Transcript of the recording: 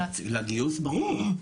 לגיוס, ברור.